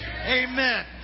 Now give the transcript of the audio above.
Amen